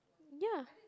ya